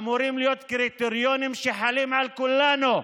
אמורים להיות קריטריונים שחלים על כולנו,